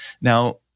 Now –